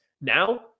Now –